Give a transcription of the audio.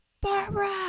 Barbara